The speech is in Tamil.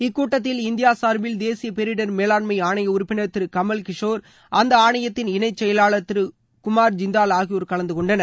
இக்கூட்டத்தில் இந்தியா சார்பில் தேசிய பேரிடர் மேலாண்ஸம் ஆணைய உறுப்பினர் திரு கமல் கிஷோர் அந்த ஆணையத்தின் இணை செயலாளர் திரு குமார் ஜிந்தால் ஆகியோர் கலந்து கொண்டனர்